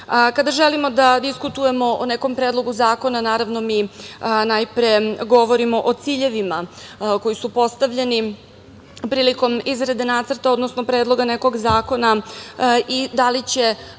roda. Kada želimo da diskutujemo o nekom Predlogu zakona, naravno mi najpre govorimo o ciljevima koji su postavljeni prilikom izrade nacrta, odnosno predloga nekog zakona i da li će